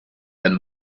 and